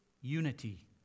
unity